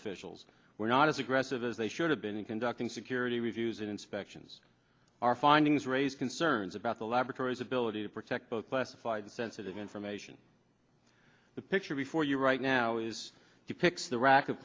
officials were not as aggressive as they should have been in conducting security reviews in inspections our findings raise concerns about the laboratories ability to protect both classified sensitive information the picture before you right now is depicts the rac